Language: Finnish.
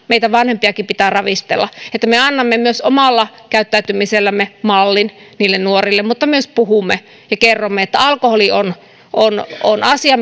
meitä vanhempiakin pitää ravistella että annamme myös omalla käyttäytymisellämme mallin niille nuorille mutta myös puhumme ja kerromme että alkoholi on on asia